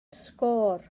sgôr